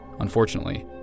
Unfortunately